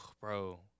Bro